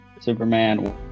Superman